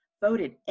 voted